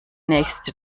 nächste